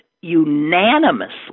unanimously